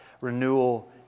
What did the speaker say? renewal